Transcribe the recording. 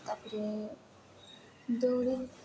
ତାପରେ ଦୌଉଡ଼ିକି